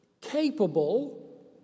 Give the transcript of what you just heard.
capable